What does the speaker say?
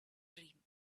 dream